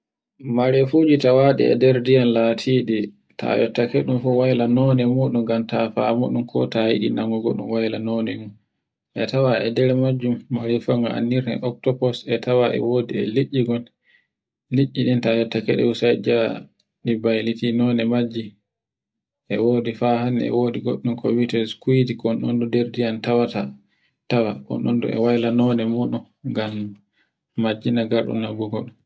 Marefuwel to lati e nder diyam latiɗi ta yottake fu wayla londe muɗum ngam ta famuɗun ko ta yiɗina mun goɗɗum wayla londe mun. A tawan e nder majjum marefuwa no anndirta e octokos e tawa e wodi e liɗɗi gon. Liɗɗin ɗin ta yottake ɗun sai njaha ɗi bayliti londe majji. E wodi fa hannde e wodi goɗɗum ko wi'ete skuyji konɗon no nder diyam tawata, un ɗon e wayla londe muɗum ngam majjina gonɗo nafigo ɗun.